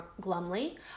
glumly